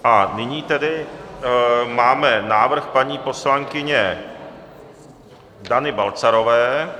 A nyní tedy máme návrh paní poslankyně Dany Balcarové.